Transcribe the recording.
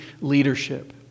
leadership